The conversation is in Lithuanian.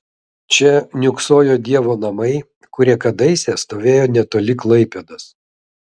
čia niūksojo dievo namai kurie kadaise stovėjo netoli klaipėdos